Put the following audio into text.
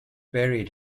buried